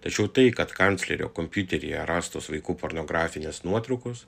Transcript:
tačiau tai kad kanclerio kompiuteryje rastos vaikų pornografinės nuotraukos